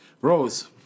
Rose